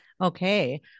Okay